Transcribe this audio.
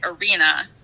arena